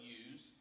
use